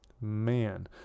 Man